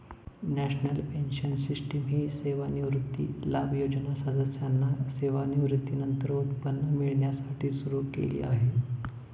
national pension system ही सेवानिवृत्ती लाभ योजना सदस्यांना सेवानिवृत्तीनंतर उत्पन्न मिळण्यासाठी सुरू केली आहे